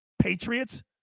Patriots